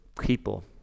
people